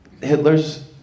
hitler's